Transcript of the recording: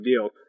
deal